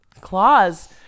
claws